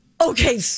okay